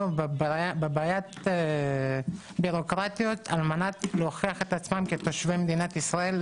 בבעיית בירוקרטיה על מנת להוכיח את עצמם כתושבי מדינת ישראל,